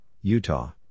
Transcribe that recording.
Utah